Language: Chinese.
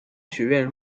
学院